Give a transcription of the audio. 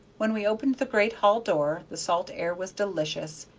when we opened the great hall door, the salt air was delicious,